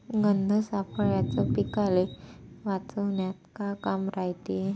गंध सापळ्याचं पीकाले वाचवन्यात का काम रायते?